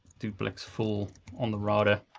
duplex full on the router.